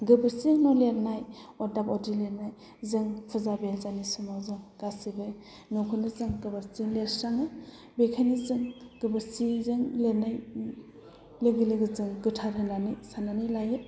गोबोरखिजोंनो लिरनाय अरदाब अरदिब लिरनाय जों फुजा बेजानि समाव जों गासैबो नखौनो जों गोबोरखिजों लिरस्राङो बेखायनो जों गोबोरखिजों लिरनाय लोगो लोगो जों गोथार होननानै साननानै लायो